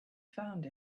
found